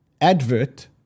advert